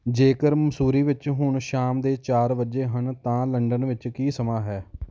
ਜੇਕਰ ਮਸੂਰੀ ਵਿੱਚ ਹੁਣ ਸ਼ਾਮ ਦੇ ਚਾਰ ਵੱਜੇ ਹਨ ਤਾਂ ਲੰਡਨ ਵਿੱਚ ਕੀ ਸਮਾਂ ਹੈ